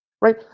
right